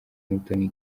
umutoni